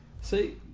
See